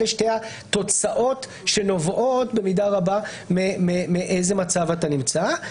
אלה שתי התוצאות שנובעות במידה רבה מאיזה מצב אתה נמצא.